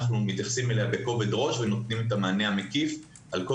אנחנו מתייחסים אליה בכובד ראש ונותנים את המענה המקיף על כל